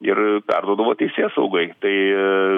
ir perduodavo teisėsaugai tai